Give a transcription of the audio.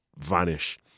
vanish